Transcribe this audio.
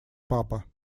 папа